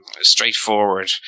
straightforward